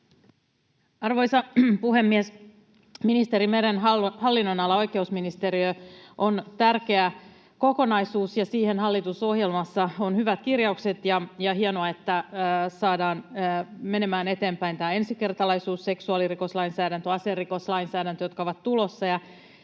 Arvoisa puhemies! Ministeri Meren hallinnonala, oikeusministeriö, on tärkeä kokonaisuus, ja siihen hallitusohjelmassa on hyvät kirjaukset, ja hienoa, että saadaan menemään eteenpäin tämä ensikertalaisuus, seksuaalirikoslainsäädäntö, aserikoslainsäädäntö, jotka ovat tulossa,